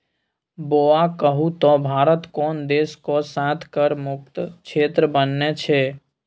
बौआ कहु त भारत कोन देशक साथ कर मुक्त क्षेत्र बनेने छै?